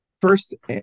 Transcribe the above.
first